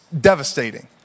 devastating